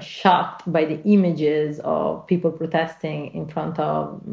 shocked by the images of people protesting in front ah of